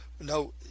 no